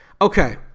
okay